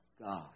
God